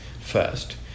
first